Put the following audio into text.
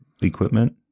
equipment